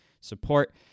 support